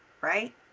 right